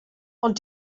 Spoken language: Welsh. ond